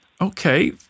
okay